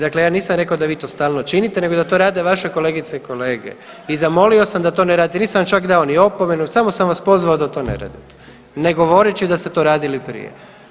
Dakle, ja nisam rekao da vi to stalno činite nego da to rade vaše kolegice i kolege i zamolio sam da to ne radite, nisam vam čak dao ni opomenu samo sam vas pozvao da to ne radite, ne govoreći da ste to radili prije.